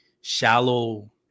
shallow